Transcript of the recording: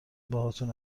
باهاتون